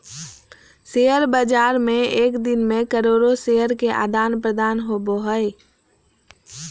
share बाज़ार में एक दिन मे करोड़ो शेयर के आदान प्रदान होबो हइ